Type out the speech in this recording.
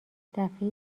دفعه